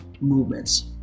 movements